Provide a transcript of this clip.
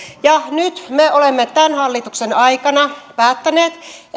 nyt me olemme tämän hallituksen aikana päättäneet